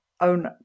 own